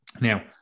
now